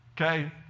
Okay